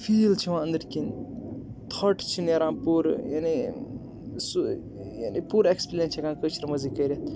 feel چھُ یِوان أنٛدٕرۍ کِنۍ فٹ چھِ نیران پوٗرٕ یعنی پوٗرٕ ایکسپلین چھِ ہٮ۪کان کٲشِر مَنٛزٕے کٕرِتھ